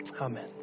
amen